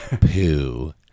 poo